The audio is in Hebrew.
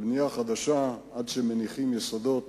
בבנייה חדשה, עד שמניחים יסודות